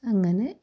അങ്ങനെ